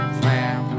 flam